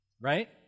Right